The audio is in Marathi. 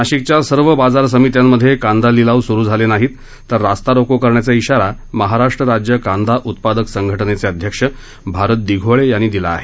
नाशिकच्या सर्व बाजार समित्यांमध्ये कांदा लिलाव सुरू झाले नाही तर रास्ता रोको करण्याचा इशारा महाराष्ट्र राज्य कांदा उत्पादक संघटनेचे अध्यक्ष भारत दिघोळे यांनी दिला आहे